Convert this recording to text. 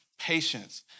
patience